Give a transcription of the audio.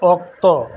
ᱚᱠᱛᱚ